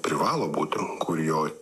privalo būt kur jo